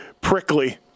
prickly